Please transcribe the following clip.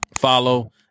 follow